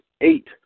eight